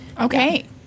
Okay